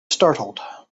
startled